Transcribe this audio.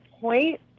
point